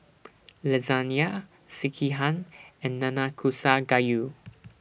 Lasagne Sekihan and Nanakusa Gayu